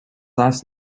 last